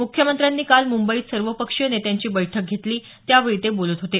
मुख्यमंत्र्यांनी काल मुंबईत सर्व पक्षीय नेत्यांची बैठक घेतली त्यावेळी ते बोलत होते